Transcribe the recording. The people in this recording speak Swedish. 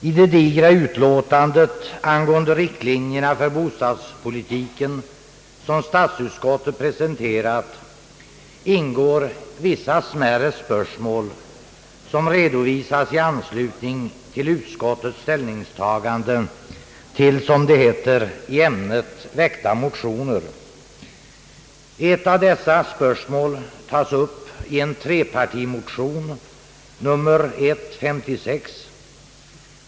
I det digra utlåtande angående riktlinjerna för bostadspolitiken som statsutskottet presenterat ingår vissa smärre spörsmål som redovisas i anslutning till utskottets ställningstagande till, »i ämnet väckta motioner». Ett av dessa spörsmål tas upp i en trepartimotion, nr 1:56.